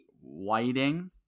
Whiting